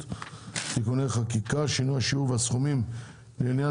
בישראל (תיקוני חקיקה)(שינוי השיעור והסכומים לעניין